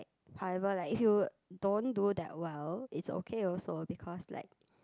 however like if you don't do that well it's okay also because like